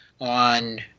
on